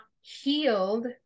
healed